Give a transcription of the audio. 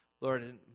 Lord